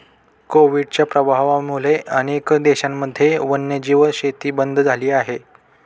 कोविडच्या प्रभावामुळे अनेक देशांमध्ये वन्यजीव शेती बंद झाली आहे